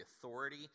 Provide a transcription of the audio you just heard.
authority